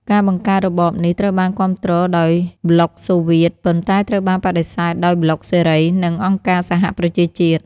ការបង្កើតរបបនេះត្រូវបានគាំទ្រដោយប្លុកសូវៀត ប៉ុន្តែត្រូវបានបដិសេធដោយប្លុកសេរី និងអង្គការសហប្រជាជាតិ។